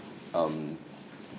um